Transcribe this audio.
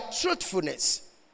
truthfulness